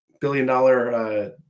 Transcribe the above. billion-dollar